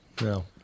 No